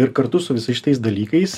ir kartu su visais šitais dalykais